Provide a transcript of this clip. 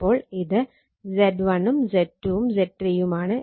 അപ്പോൾ ഇത് Z1 ഉം Z2 ഉം Z 3 യുമാണ്